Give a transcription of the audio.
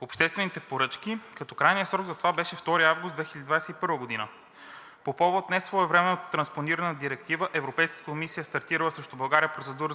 обществените поръчки, като крайният срок за това беше 2 август 2021 г. По повод несвоевременното транспониране на Директивата Европейската комисия е стартирала срещу България процедура